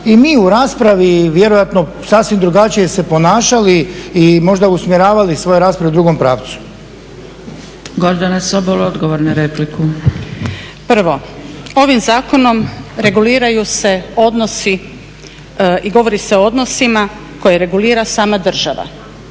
i mi u raspravi i vjerojatno sasvim drugačije se ponašali i možda usmjeravali svoje rasprave u drugom pravcu. **Zgrebec, Dragica (SDP)** Gordana Sobol odgovor na repliku. **Sobol, Gordana (SDP)** Prvo, ovim Zakonom reguliraju se odnosi i govori se o odnosima koje regulira sama država.